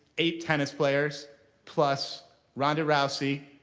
eight tennis players plus ronda rousey,